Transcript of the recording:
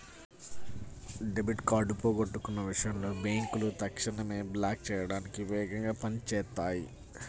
debit card పోగొట్టుకున్న విషయంలో బ్యేంకులు తక్షణమే బ్లాక్ చేయడానికి వేగంగా పని చేత్తాయి